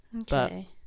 Okay